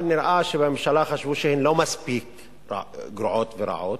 אבל נראה שבממשלה חשבו שהן לא מספיק גרועות ורעות,